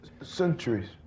Centuries